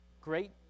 great